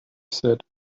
said